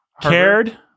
cared